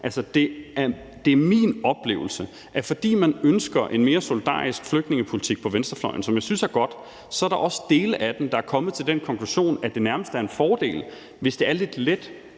Det er min oplevelse, at fordi man på venstrefløjen ønsker en mere solidarisk flygtningepolitik, hvilket jeg synes er godt, så er der også dele af den, der er kommet til den konklusion, at det nærmest er en fordel, hvis det er lidt let